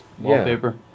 wallpaper